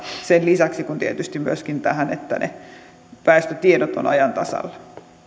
sen lisäksi myöskin siihen että ne väestötiedot ovat ajan tasalla